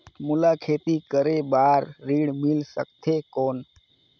मोला खेती करे बार ऋण मिल सकथे कौन?